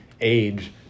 age